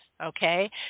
okay